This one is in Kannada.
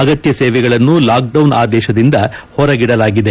ಅಗತ್ಯ ಸೇವೆಗಳನ್ನು ಲಾಕ್ಡೌನ್ ಆದೇಶದಿಂದ ಹೊರಗಿಡಲಾಗಿದೆ